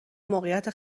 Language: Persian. موقعیت